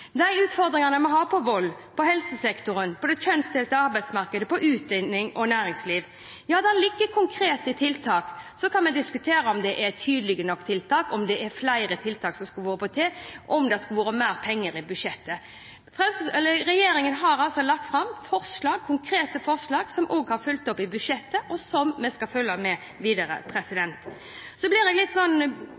de utfordringene vi har når det gjelder vold, helsesektoren, det kjønnsdelte arbeidsmarkedet, utdanning og næringsliv. Ja, det ligger konkrete tiltak her. Så kan vi diskutere om de er tydelige nok, om det er flere tiltak som skulle vært satt i verk, og om det skulle vært mer penger i budsjettet. Regjeringen har lagt fram konkrete forslag, som også er fulgt opp i budsjettet, og som vi skal følge med på videre. Det er litt forvirrende å høre på Trettebergstuen. Når jeg